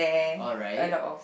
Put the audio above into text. alright